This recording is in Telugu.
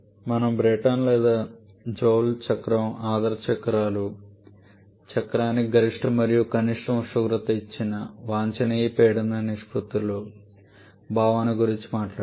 మనము బ్రైటన్ లేదా జూల్ చక్రం ఆదర్శ చక్రాలు చక్రానికి గరిష్ట మరియు కనిష్ట ఉష్ణోగ్రత ఇచ్చిన వాంఛనీయ పీడన నిష్పత్తుల భావన గురించి మాట్లాడాము